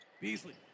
Beasley